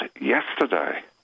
yesterday